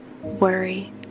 worry